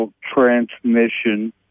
transmission